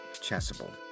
Chasuble